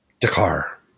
Dakar